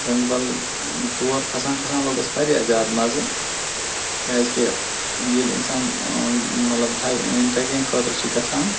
گنٛگہٕ بل تور کھسان کھسان لوٚگ اَسہِ وارِیاہ زیادٕ مَزٕ کیٛازِ کہِ ییٚلہِ اِنسان مطلب ہاے ٹرٛیکِنٛگ خٲطرٕ چھِ گَژھان